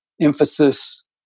emphasis